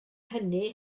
hynny